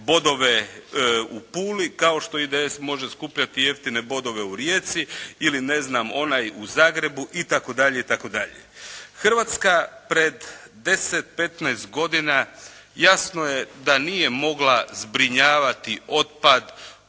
bodove u Puli, kao što IDS može skupljati jeftine bodove u Rijeci ili, ne znam, onaj u Zagrebu i tako dalje i tako dalje. Hrvatska pred deset, petnaest godina jasno je da nije mogla zbrinjavati otpad